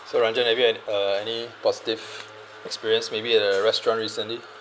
so ranjen have you had uh any positive experience maybe at a restaurant recently